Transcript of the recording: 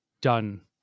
done